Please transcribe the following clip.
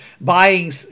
buying